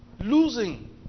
losing